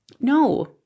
No